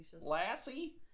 Lassie